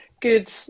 good